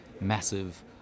massive